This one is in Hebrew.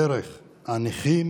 דרך הנכים